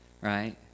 right